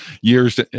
years